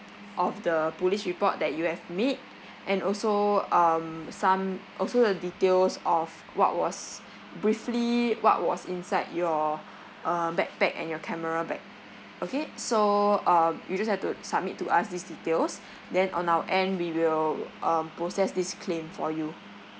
of the police report that you have made and also um some also the details of what was briefly what was inside your uh backpack and your camera bag okay so um you just have to submit to us these details then on our end we will um process this claim for you